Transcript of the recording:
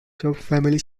subfamily